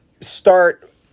start